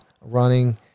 running